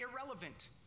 irrelevant